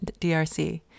DRC